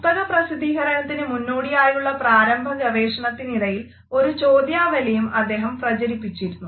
പുസ്തകപ്രസിദ്ധീകരണത്തിനു മുന്നോടിയായുള്ള പ്രാരംഭ ഗവേഷണത്തിനിടയിൽ ഒരു ചോദ്യാവലിയും അദ്ദേഹം പ്രചരിപ്പിച്ചിരുന്നു